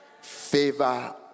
Favor